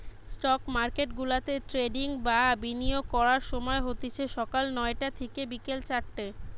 stock মার্কেটগুলাতে trading বা বিনিয়োগ করার সময় হতিছে সকাল নয়টা থিকে বিকেল চারটে